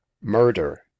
murder